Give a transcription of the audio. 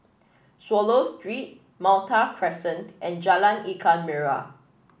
Swallow Street Malta Crescent and Jalan Ikan Merah